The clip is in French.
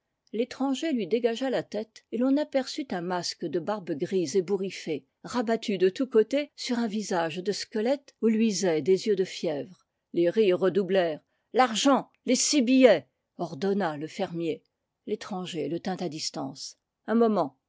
l'étranger lui dégagea la tête et l'on aperçut un masque de barbe grise ébouriffée rabattue de tous côtés sur un visage de squelette où luisaient des yeux de fièvre les rires redoublèrent l'argent les six billets ordonna le fermier l'étranger le tint à distance un moment